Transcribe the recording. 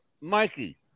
Mikey